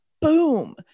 boom